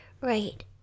Right